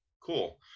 Cool